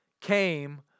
came